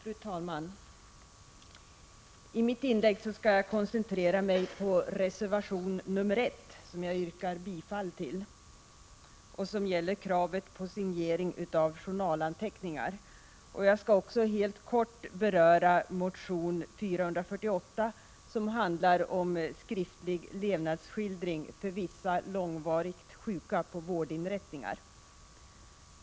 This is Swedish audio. Fru talman! I mitt inlägg skall jag koncentrera mig på reservation 1, som jag yrkar bifall till. Den gäller kravet på signering av journalanteckningar. Jag skall också helt kort beröra motion 448, som handlar om skriftlig levnadsskildring för vissa långvarigt sjuka på vårdinrättningar.